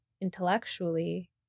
intellectually